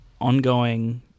ongoing